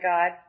God